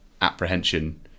apprehension